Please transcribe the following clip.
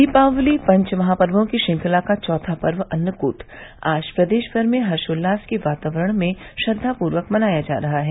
दीपावली पंचमहापर्वों की श्रृंखला का चौथा पर्व अन्नकूट आज प्रदेश भर में हर्षोल्लास के वातावरण में श्रद्वापूर्वक मनाया जा रहा है